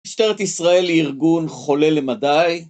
משטרת ישראל היא ארגון חולה למדי